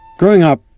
growing up,